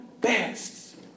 best